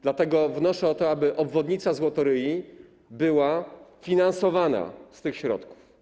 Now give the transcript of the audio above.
Dlatego wnoszę o to, aby obwodnica Złotoryi była finansowana z tych środków.